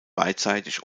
beidseitig